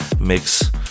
mix